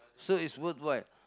so is worth what